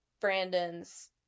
Brandons